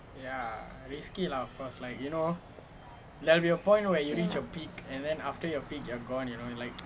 ya